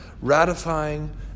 ratifying